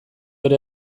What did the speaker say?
ere